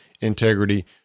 integrity